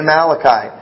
Malachi